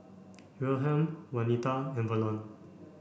Wilhelm Wanita and Verlon